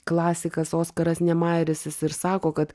klasikas oskaras nemaeris jis ir sako kad